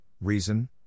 reason